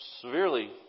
severely